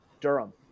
Durham